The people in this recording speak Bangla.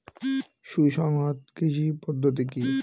সুসংহত কৃষি পদ্ধতি কি?